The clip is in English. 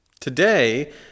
Today